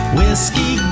Whiskey